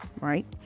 right